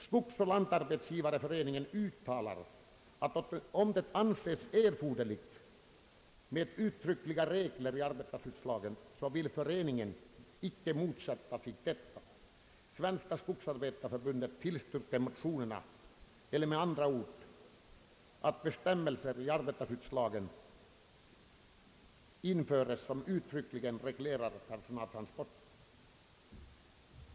Skogsoch lantarbetsgivareföreningen uttalar att om det anses erforderligt med uttryckliga regler i arbetarskyddslagen, vill föreningen icke motsätta sig detta. Svenska skogsarbetareförbundet tillstyrker motionerna eller med andra ord bestämmelser i arbetarskyddslagen som uttryckligen reglerar personaltransporter.